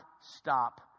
stop